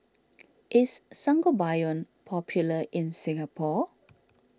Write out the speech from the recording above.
is Sangobion popular in Singapore